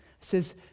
says